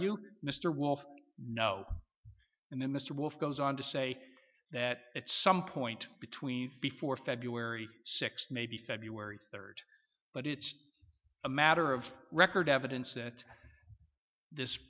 you mr wolf no and then mr wolf goes on to say that at some point between before february sixth maybe february third but it's a matter of record evidence that this